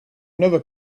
never